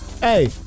hey